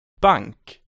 Bank